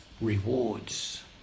rewards